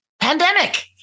pandemic